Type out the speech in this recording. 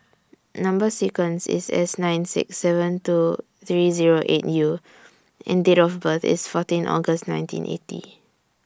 Number sequence IS S nine six seven two three Zero eight U and Date of birth IS fourteen August nineteen eighty